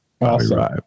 Awesome